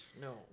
No